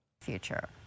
Future